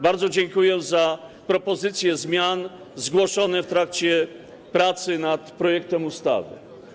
Bardzo dziękuję za propozycje zmian zgłoszone w trakcie pracy nad projektem ustawy.